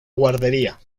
guardería